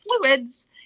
fluids